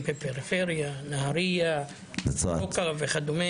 אנחנו עוד פעם עם פינג-פונג שלא מצליחים --- זה מדם ליבנו ואתה צודק,